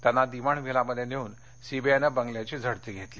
त्यांना दिवाण व्हिलामध्ये नेऊन सीबीआयनं बंगल्याची झडती घेतली